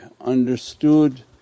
understood